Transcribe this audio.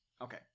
okay